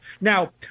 Now